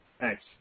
Thanks